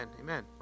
Amen